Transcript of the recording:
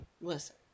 Listen